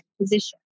position